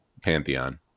Pantheon